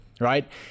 Right